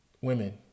Women